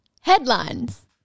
Headlines